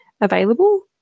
available